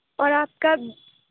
اور آپ کا